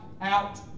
out